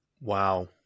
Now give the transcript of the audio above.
wow